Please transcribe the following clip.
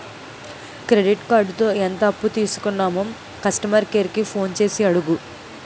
credit కార్డుతో ఎంత అప్పు తీసుకున్నామో కస్టమర్ కేర్ కి ఫోన్ చేసి అడుగు